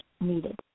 needed